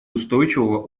устойчивого